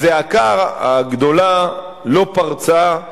הזעקה הגדולה לא פרצה,